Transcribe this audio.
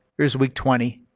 here's week twenty,